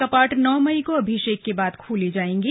कपाट नौ मई को अभिषेक के बाद खोले जाएंगे